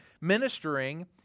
ministering